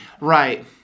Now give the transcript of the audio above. Right